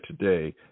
today